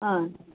হয়